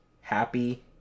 happy